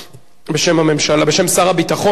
בשם שר הביטחון, אדוני,